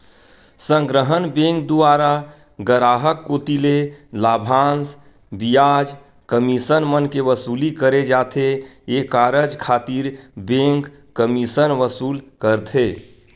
संग्रहन बेंक दुवारा गराहक कोती ले लाभांस, बियाज, कमीसन मन के वसूली करे जाथे ये कारज खातिर बेंक कमीसन वसूल करथे